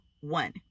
one